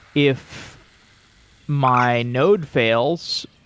if my node fails,